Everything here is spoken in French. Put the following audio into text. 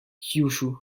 kyūshū